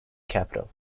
capital